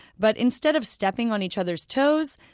but instead of stepping on each other's toes,